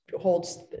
holds